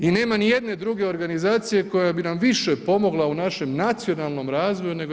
I nema ni jedne druge organizacije koja bi nam više pomogla u našem nacionalnom razvoju nego EU.